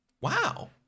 Wow